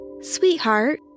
Sweetheart